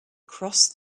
crossed